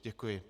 Děkuji.